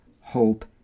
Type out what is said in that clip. hope